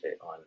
on